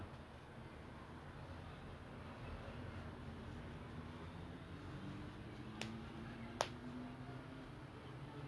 அப்புறம் வேற என்னா:appuram vera ennaa you know all these oh also singapore is very I find it kind of a fair country because of meritocracy